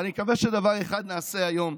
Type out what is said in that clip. אני מקווה שדבר אחד נעשה היום,